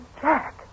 Jack